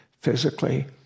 physically